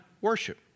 worship